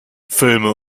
filme